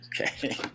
Okay